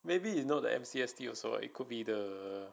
maybe you know the M_C_S_T also it could be the